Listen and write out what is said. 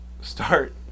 start